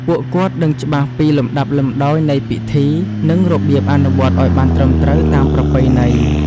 ពួកគាត់ដឹងច្បាស់ពីលំដាប់លំដោយនៃពិធី និងរបៀបអនុវត្តឱ្យបានត្រឹមត្រូវតាមប្រពៃណី។